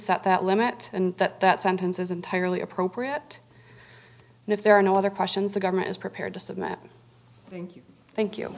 set that limit and that that sentence is entirely appropriate and if there are no other questions the government is prepared to submit thank you you thank you